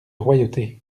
royauté